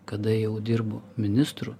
kada jau dirbu ministru